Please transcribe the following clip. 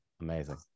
Amazing